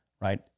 right